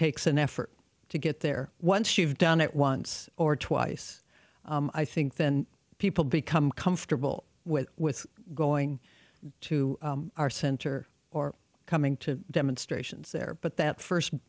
takes an effort to get there once you've done it once or twice i think then people become comfortable with going to our center or coming to demonstrations there but that first